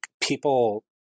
people